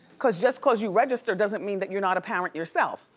cause just cause you register doesn't mean that you're not a parent yourself,